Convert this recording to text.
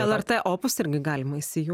lrt opus irgi galima įsijungt